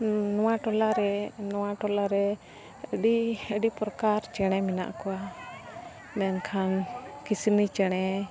ᱱᱚᱣᱟ ᱴᱚᱞᱟᱨᱮ ᱱᱚᱣᱟ ᱴᱚᱞᱟᱨᱮ ᱟᱹᱰᱤ ᱟᱹᱰᱤ ᱯᱨᱚᱠᱟᱨ ᱪᱮᱬᱮ ᱢᱮᱱᱟᱜ ᱠᱚᱣᱟ ᱢᱮᱱᱠᱷᱟᱱ ᱠᱤᱥᱱᱤ ᱪᱮᱬᱮ